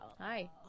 Hi